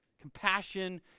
Compassion